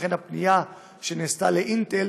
ולכן הפנייה שנעשתה לאינטל